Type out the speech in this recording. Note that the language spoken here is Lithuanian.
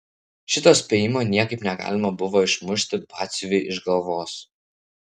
šito spėjimo niekaip negalima buvo išmušti batsiuviui iš galvos